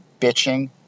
bitching